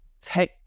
tech